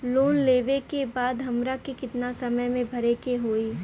Loan लेवे के बाद हमरा के कितना समय मे भरे के होई?